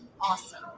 Awesome